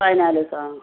പതിനാല് ദിവസം ആ